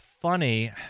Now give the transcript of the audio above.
funny